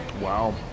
Wow